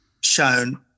shown